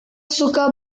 suka